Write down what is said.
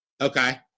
Okay